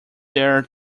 there